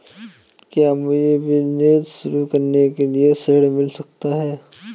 क्या मुझे बिजनेस शुरू करने के लिए ऋण मिल सकता है?